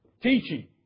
teaching